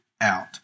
out